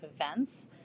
events